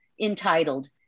entitled